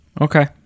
Okay